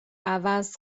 عوض